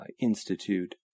institute